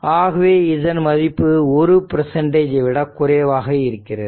ஆகவே இதன் மதிப்பு 1 விட குறைவாக இருக்கிறது